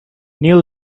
knew